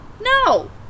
No